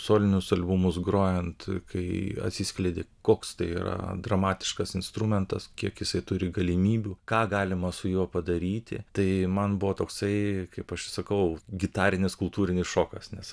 solinius albumus grojant kai atsiskleidė koks tai yra dramatiškas instrumentas kiek jisai turi galimybių ką galima su juo padaryti tai man buvo toksai kaip aš sakau gitarinis kultūrinis šokas nes